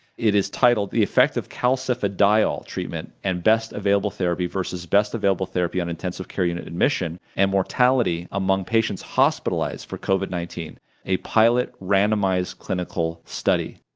it is titled the effect of calcifediol treatment and best available therapy versus best available therapy on intensive care unit admission and mortality among patients hospitalized for covid nineteen a pilot randomized clinical study.